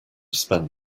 spend